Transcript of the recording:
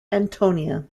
antonia